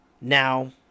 Now